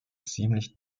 ziemlich